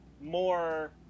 more